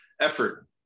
effort